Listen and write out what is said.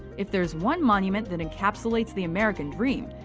if there's one monument that encapsulates the american dream,